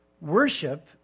Worship